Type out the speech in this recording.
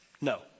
No